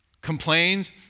complains